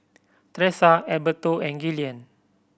Tressa Alberto and Gillian